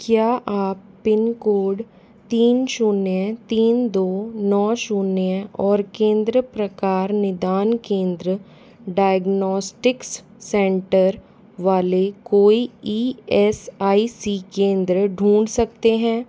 क्या आप पिनकोड तीन शून्य तीन दो नौ शून्य और केंद्र प्रकार निदान केंद्र डायग्नोस्टिक्स सेंटर वाले कोई ई एस आई सी केंद्र ढूँढ सकते हैं